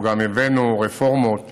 אנחנו גם הבאנו רפורמות